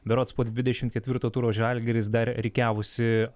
berods po dvidešim ketvirto turo žalgiris dar rikiavosi